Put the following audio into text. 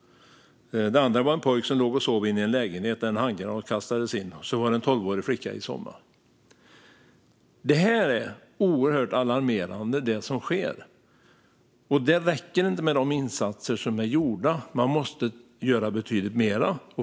Den andra var en pojke som låg och sov inne i en lägenhet där en handgranat kastades in. I somras var det en tolvårig flicka. Det som sker är oerhört alarmerande, och det räcker inte med de insatser som är gjorda. Man måste göra betydligt mer.